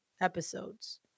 episodes